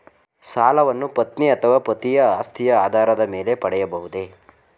ಸಾಲವನ್ನು ಪತ್ನಿ ಅಥವಾ ಪತಿಯ ಆಸ್ತಿಯ ಆಧಾರದ ಮೇಲೆ ಪಡೆಯಬಹುದೇ?